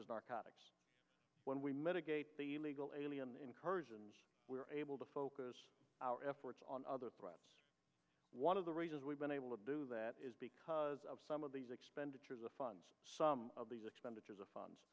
as narcotics when we mitigate the legal alien incursions we were able to focus our efforts on other one of the reasons we've been able to do that is because of some of these expenditures of funds some of these expenditures of funds